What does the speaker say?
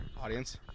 Audience